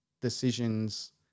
decisions